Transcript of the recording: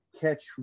catch